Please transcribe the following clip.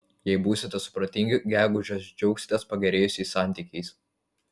jei būsite supratingi gegužę džiaugsitės pagerėjusiais santykiais